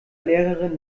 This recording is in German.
lehrerin